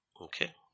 Okay